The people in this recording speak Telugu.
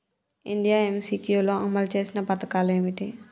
ఇండియా ఎమ్.సి.క్యూ లో అమలు చేసిన పథకాలు ఏమిటి?